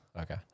Okay